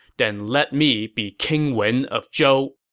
then let me be king wen of zhou.